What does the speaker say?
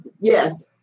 Yes